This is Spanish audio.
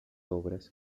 obras